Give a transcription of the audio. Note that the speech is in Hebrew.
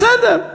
בסדר,